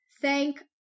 thank